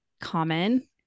common